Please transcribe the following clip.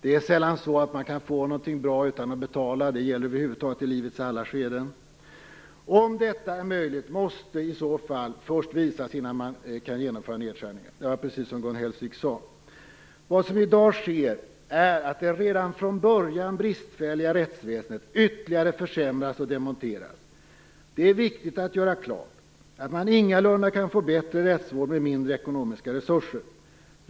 Det är sällan så att man kan få något bra utan att betala; det gäller över huvud taget i livets alla skeden. Om detta är möjligt måste det i så fall först visas innan man kan genomföra nedskärningen - precis som Gun Hellsvik sade. Vad som i dag sker är att det redan från början bristfälliga rättsväsendet ytterligare försämras och demonteras. Det är viktigt att göra klart att man ingalunda kan få bättre rättsvård med mindre ekonomiska resurser.